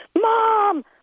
Mom